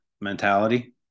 mentality